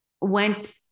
went